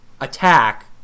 attack